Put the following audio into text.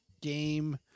game